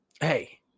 Hey